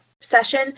session